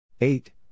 Eight